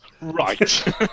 Right